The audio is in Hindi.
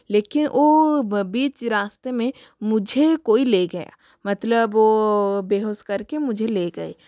लेकिन वो बीच रास्ते में मुझे कोई ले गया मतलब वो बेहोश कर के मुझे ले गए